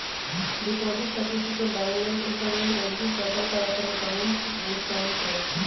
deposit certificate download लेल internet banking portal पर अप्पन अकाउंट में साइन करइ छइ